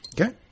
Okay